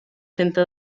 centre